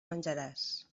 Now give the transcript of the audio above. menjaràs